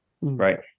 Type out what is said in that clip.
right